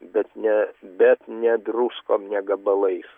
bet ne bet ne druskom ne gabalais